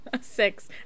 Six